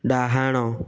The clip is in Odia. ଡ଼ାହାଣ